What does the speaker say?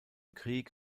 krieg